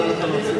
להעביר את